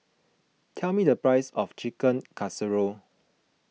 tell me the price of Chicken Casserole